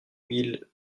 mille